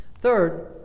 Third